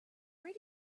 where